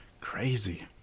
Crazy